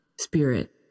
spirit